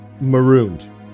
marooned